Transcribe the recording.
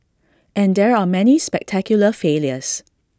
and there are many spectacular failures